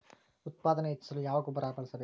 ಉತ್ಪಾದನೆ ಹೆಚ್ಚಿಸಲು ಯಾವ ಗೊಬ್ಬರ ಬಳಸಬೇಕು?